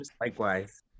Likewise